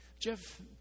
Jeff